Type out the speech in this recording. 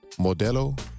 Modelo